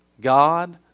God